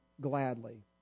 gladly